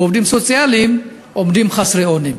ועובדים סוציאליים עומדים חסרי אונים.